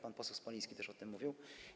Pan poseł Smoliński też o tym mówił.